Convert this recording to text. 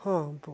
ହଁ